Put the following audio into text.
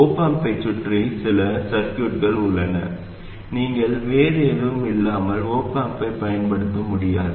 op amp ஐச் சுற்றி சில சுற்றுகள் உள்ளன நீங்கள் வேறு எதுவும் இல்லாமல் op amp ஐப் பயன்படுத்த முடியாது